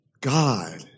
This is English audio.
God